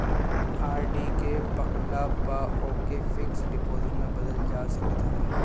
RD के पकला पअ ओके फिक्स डिपाजिट में बदल जा सकत हवे